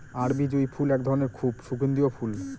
আরবি জুঁই ফুল এক ধরনের খুব সুগন্ধিও ফুল